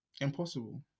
Impossible